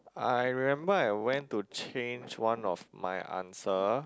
I remember I went to change one of my answer